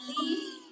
leave